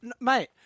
mate